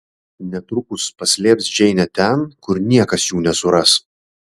netrukus paslėps džeinę ten kur niekas jų nesuras